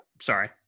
Sorry